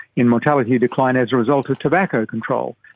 in mortality decline as a result of tobacco control.